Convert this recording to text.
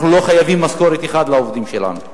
אנחנו לא חייבים משכורת אחת לעובדים שלנו.